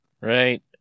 Right